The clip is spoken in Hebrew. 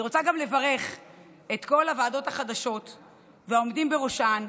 אני רוצה גם לברך את כל הוועדות החדשות והעומדים בראשן.